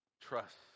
Trust